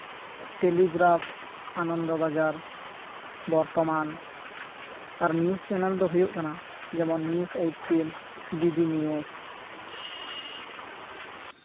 Telegraph Anandabazar Bartaman ᱟᱨ news channel ᱫᱚ ᱦᱩᱭᱩᱜ ᱠᱟᱱᱟ ᱡᱮᱢᱚᱱ ᱱᱤᱭᱩᱡᱽ ᱮᱭᱤᱴᱴᱤᱱ ᱰᱤᱰᱤ ᱱᱤᱭᱩᱡᱽ